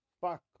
fuck